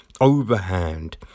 overhand